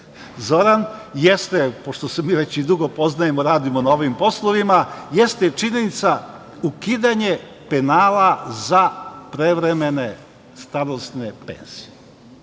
Zoran, pošto se mi već dugo poznajemo, radimo na ovim poslovima, jeste činjenica ukidanje penala za prevremene starosne penzije. Vi